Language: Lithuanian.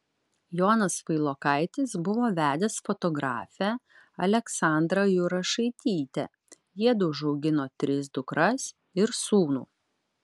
jonas vailokaitis buvo vedęs fotografę aleksandrą jurašaitytę jiedu užaugino tris dukras ir sūnų